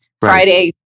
Friday